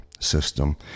system